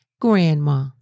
Grandma